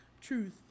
truth